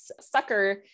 sucker